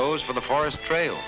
goes for the forest trail